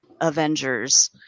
Avengers